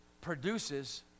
produces